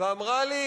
ואמרה לי: